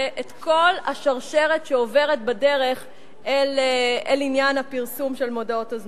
את כל השרשרת שעוברת בדרך אל עניין הפרסום של מודעות הזנות.